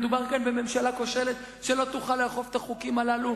מדובר כאן בממשלה כושלת שלא תוכל לאכוף את החוקים הללו.